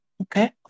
Okay